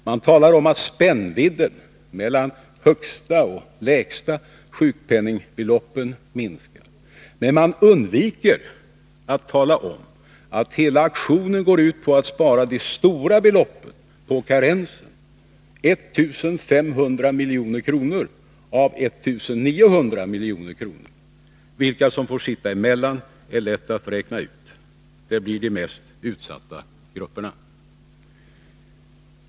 Man talar om att spännvidden mellan de högsta och de lägsta sjukpenningbeloppen minskar, men man undviker att tala om att hela aktionen går ut på att spara de stora beloppen på karensen — 1 500 milj.kr. av 1900 milj.kr. Vilka som får sitta emellan är lätt att räkna ut. Det blir de mest utsatta grupperna.